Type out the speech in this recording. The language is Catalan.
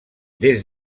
des